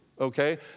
Okay